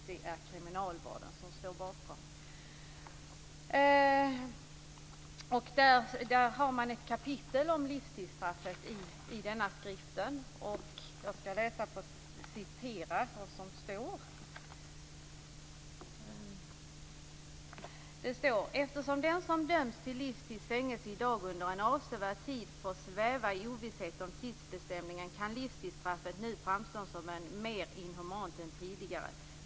Det är kriminalvården som står bakom den. I den skriften finns ett kapitel om livstidsstraffet. Där sägs följande: "Eftersom den som dömts till livstids fängelse idag under en avsevärd tid får sväva i ovisshet om tidsbestämningen kan livstidsstraffet nu framstå som mer inhumant än tidigare.